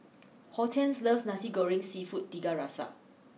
Hortense loves Nasi Goreng Seafood Tiga Rasa